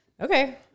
Okay